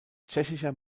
tschechischer